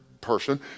person